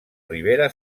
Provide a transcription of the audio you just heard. ribera